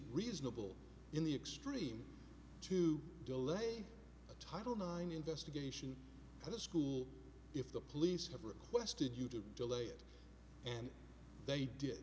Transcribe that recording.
reasonable in the extreme to delay title nine investigation of the school if the police have requested you to delay it and they did